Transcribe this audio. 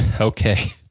okay